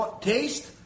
taste